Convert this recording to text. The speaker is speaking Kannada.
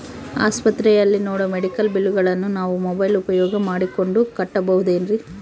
ಆಸ್ಪತ್ರೆಯಲ್ಲಿ ನೇಡೋ ಮೆಡಿಕಲ್ ಬಿಲ್ಲುಗಳನ್ನು ನಾವು ಮೋಬ್ಯೆಲ್ ಉಪಯೋಗ ಮಾಡಿಕೊಂಡು ಕಟ್ಟಬಹುದೇನ್ರಿ?